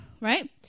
right